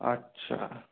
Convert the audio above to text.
আচ্ছা